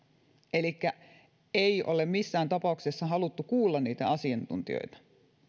elikkä ei ole missään tapauksessa haluttu kuulla niitä asiantuntijoita